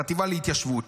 החטיבה להתיישבות.